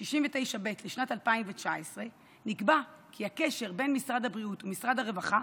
69ב לשנת 2019 נקבע כי הקשר בין משרד הבריאות לבין משרד הרווחה